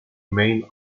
main